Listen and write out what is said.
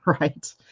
right